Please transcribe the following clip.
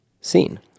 seen